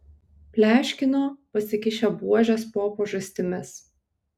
pleškino pasikišę buožes po pažastimis